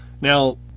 Now